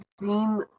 seen